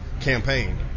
campaign